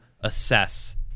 assess